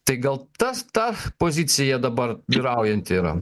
tai gal tas ta pozicija dabar vyraujanti yra